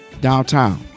downtown